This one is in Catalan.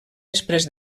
després